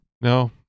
No